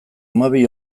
hamabi